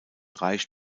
reich